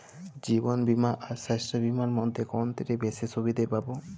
জীবন বীমা আর স্বাস্থ্য বীমার মধ্যে কোনটিতে বেশী সুবিধে পাব?